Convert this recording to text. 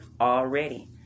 already